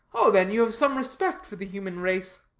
oh, then, you have some respect for the human race.